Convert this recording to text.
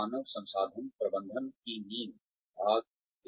मानव संसाधन प्रबंधन की नींव भाग एक